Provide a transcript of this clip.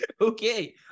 Okay